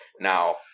Now